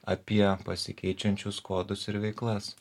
apie pasikeičiančius kodus ir veiklas